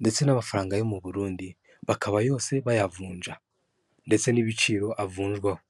ndetse n'amafaranga yo mu Burundi bakaba yose bayavunja ndetse n'ibiciro avunjwaho.